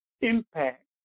impact